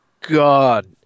god